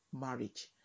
marriage